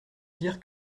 dire